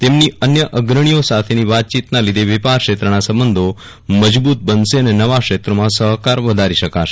તેમની અન્ય અગ્રણીઓ સાથેની વાતયીતના લીધે વેપાર ક્ષેત્રના સંબંધો મજબૂત બનશે અને નવા ક્ષેત્રોમાં સહકાર વધારી શકાશે